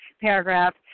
paragraph